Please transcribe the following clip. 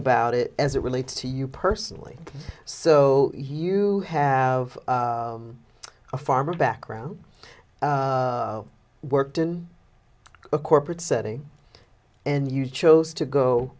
about it as it relates to you personally so you have a farmer background worked in a corporate setting and you chose to go